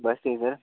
बस ठीक सर